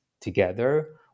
together